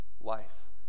life